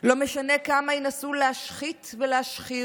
לא משנה כמה ינסו להשחית ולהשחיר,